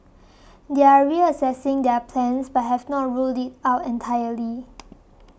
they are reassessing their plans but have not ruled out entirely